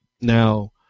Now